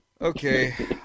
okay